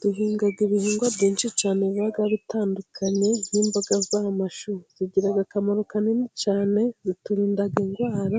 Duhinga ibihingwa byinshi cyane biba bitandukanye， n'imboga z’amashu zigira akamaro kanini cyane，ziturinda indwara，